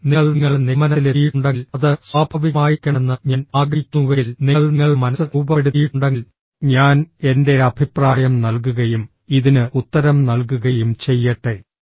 അതിനാൽ നിങ്ങൾ നിങ്ങളുടെ നിഗമനത്തിലെത്തിയിട്ടുണ്ടെങ്കിൽ അത് സ്വാഭാവികമായിരിക്കണമെന്ന് ഞാൻ ആഗ്രഹിക്കുന്നുവെങ്കിൽ നിങ്ങൾ നിങ്ങളുടെ മനസ്സ് രൂപപ്പെടുത്തിയിട്ടുണ്ടെങ്കിൽ ഞാൻ എന്റെ അഭിപ്രായം നൽകുകയും ഇതിന് ഉത്തരം നൽകുകയും ചെയ്യട്ടെ